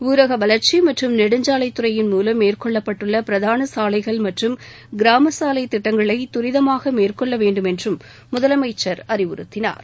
ஊரக வளர்ச்சி மற்றும் நெடுஞ்சாலைத்துறையின் மூவம் மேற்கொள்ளப்பட்டுள்ள பிரதான சாலைகள் மற்றும் கிராம சாலை திட்டங்களை தரிதமாக மேற்கொள்ள வேண்டும் என்றும் முதலமைச்சர் அறிவுறுத்தினார்